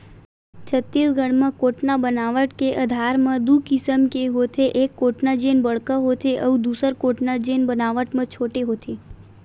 छत्तीसगढ़ म कोटना बनावट के आधार म दू किसम के होथे, एक कोटना जेन बड़का होथे अउ दूसर कोटना जेन बनावट म छोटे होथे